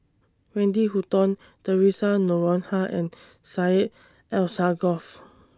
Wendy Hutton Theresa Noronha and Syed Alsagoff